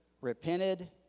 repented